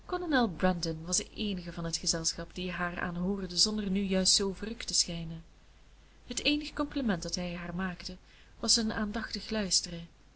was de eenige van het gezelschap die haar aanhoorde zonder nu juist zoo verrukt te schijnen het eenig compliment dat hij haar maakte was zijn aandachtig luisteren